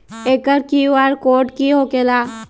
एकर QR code का होकेला?